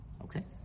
Okay